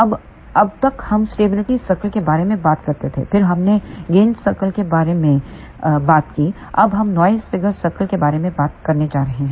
अब अब तक हम स्टेबिलिटी सर्कल के बारे में बात करते थे फिर हमने गेन सर्कल के बारे में बात की अब हम नॉइस फिगर सर्कल के बारे में बात करने जा रहे हैं